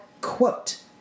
quote